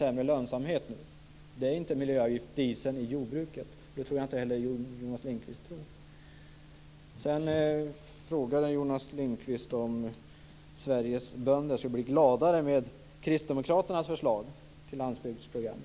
Avgiften på dieseln i jordbruket är inte en miljöavgift, och det tror jag inte heller att Jonas Ringqvist tror. Jonas Ringqvist frågade också om Sveriges bönder skulle bli gladare med kristdemokraternas förslag till landsbygdsprogram.